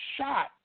shot